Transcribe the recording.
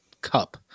cup